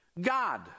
God